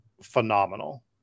phenomenal